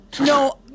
No